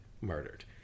murdered